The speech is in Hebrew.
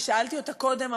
כי שאלתי אותה קודם.